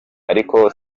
ariko